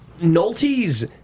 Nolte's